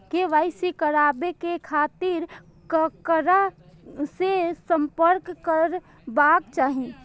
KYC कराबे के खातिर ककरा से संपर्क करबाक चाही?